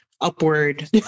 upward